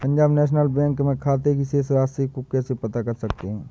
Punjab national bank में खाते की शेष राशि को कैसे पता कर सकते हैं?